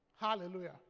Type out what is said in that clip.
Hallelujah